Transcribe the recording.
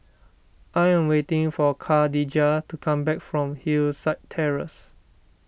I am waiting for Khadijah to come back from Hillside Terrace